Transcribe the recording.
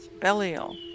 Belial